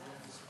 ההצעה